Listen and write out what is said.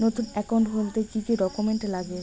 নতুন একাউন্ট খুলতে কি কি ডকুমেন্ট লাগে?